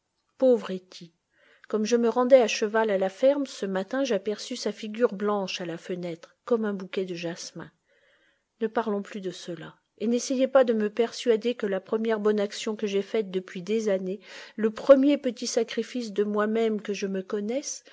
pauvre hetty comme je me rendais à cheval à la ferme ce matin j'aperçus sa figure blanche à la fenêtre comme un bouquet de jasmin ne parlons plus de cela et n'essayez pas de me persuader que la première bonne action que j'aie faite depuis des années le premier petit sacrifice de moi-même que je me connaisse